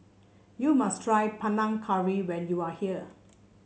you must try Panang Curry when you are here